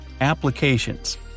Applications